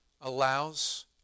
allows